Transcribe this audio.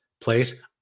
place